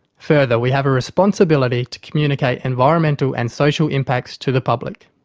further, we have a responsibility to communicate environmental and social impacts to the public.